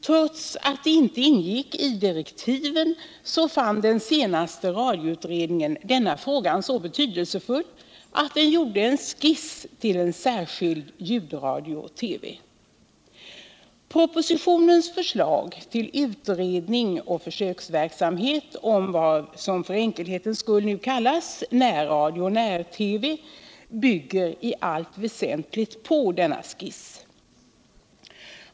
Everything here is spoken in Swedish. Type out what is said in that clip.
Trots att den inte ingick i direktiven, fann den senaste radioutredningen denna fråga så betydelsefull att den gjorde en skiss till en särskild ljudradio-TV. Propositionens förslag till utredning och försöksverksamhet beträffande vad som för enkelhetens skull nu kallas närradio och när TV bygger i allt väsentligt på denna skiss.